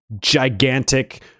gigantic